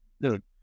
dude